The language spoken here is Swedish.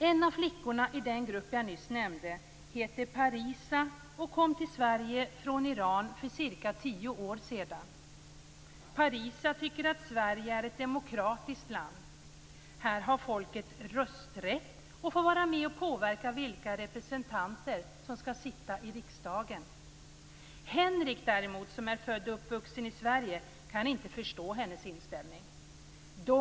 En av flickorna i den grupp som jag nyss nämnde heter Parisa och kom till Sverige från Iran för ca tio år sedan. Parisa tycker att Sverige är ett demokratiskt land. Här har folket rösträtt och får vara med och påverka vilka representanter som skall sitta i riksdagen. Henrik, däremot, som är född och uppvuxen i Sverige kan inte förstå hennes inställning.